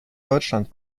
deutschland